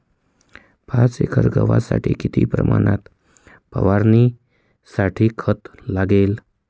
पाच एकर गव्हासाठी किती प्रमाणात फवारणीसाठी खत लागेल?